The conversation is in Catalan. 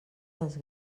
les